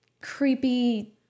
creepy